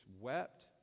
wept